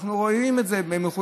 אנחנו רואים את זה במחויבות,